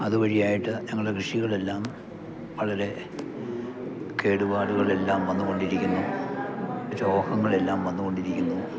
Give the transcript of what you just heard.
അതുവഴിയായിട്ട് ഞങ്ങള കൃഷികളെല്ലാം വളരെ കേടുപാടുകളെല്ലാം വന്ന്കൊണ്ടിരിക്കുന്നു രോഹങ്ങളെല്ലാം വന്നുകൊണ്ടിരിക്കുന്നു